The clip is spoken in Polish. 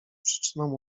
przyczyną